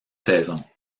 saison